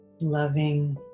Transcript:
loving